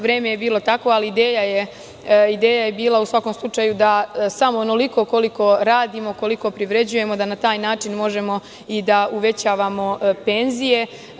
Vreme je bilo takvo, ali ideja je bila, u svakom slučaju, da samo onoliko koliko radimo, koliko privređujemo, da na taj način možemo i da uvećavamo penzije.